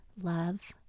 love